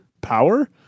power